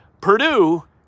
Purdue